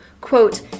Quote